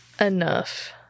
enough